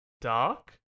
dark